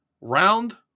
Round